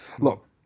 Look